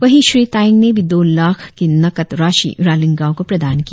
वही श्री तायेंग ने भी दो लाख की नकद राशी रालिंग गांव को प्रदान किया